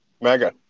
Mega